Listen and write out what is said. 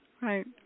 Right